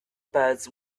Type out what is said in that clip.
birds